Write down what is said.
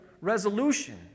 resolution